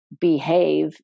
Behave